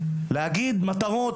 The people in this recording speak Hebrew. להגיד מטרות,